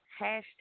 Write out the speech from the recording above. Hashtag